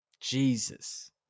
Jesus